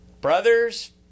brothers-